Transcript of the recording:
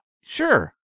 Sure